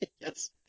Yes